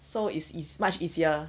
so it's it's much easier